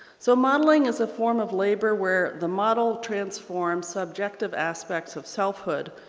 so modeling is a form of labor where the model transforms subjective aspects of selfhood,